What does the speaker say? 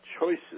choices